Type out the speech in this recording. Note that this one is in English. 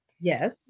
Yes